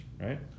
right